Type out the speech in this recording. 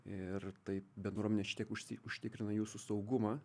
ir taip bendruomenė šiek tiek užtikrina jūsų saugumą